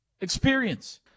Experience